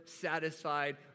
satisfied